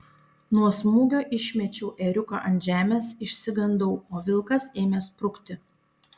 nuo smūgio išmečiau ėriuką ant žemės išsigandau o vilkas ėmė sprukti